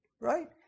right